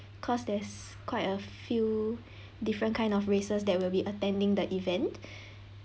because there's quite a few different kind of races that will be attending the event